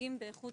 שפוגעים באיכות